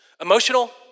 Emotional